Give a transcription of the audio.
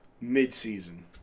mid-season